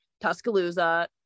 tuscaloosa